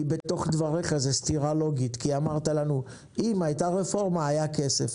כי בתוך דבריך יש סתירה לוגית כי אמרת לנו שאם הייתה רפורמה היה כסף.